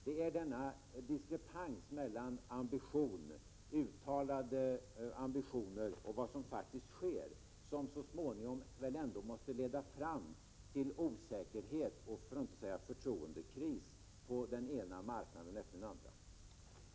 Det är denna diskrepans mellan uttalade ambitioner och vad som faktiskt sker som så småningom ändå måste leda till osäkerhet, för att inte säga till en förtroendekris på den ena marknaden efter den andra.